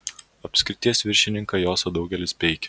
apskrities viršininką josą daugelis peikia